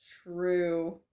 true